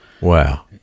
wow